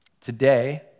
Today